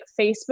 Facebook